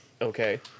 okay